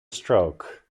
stroke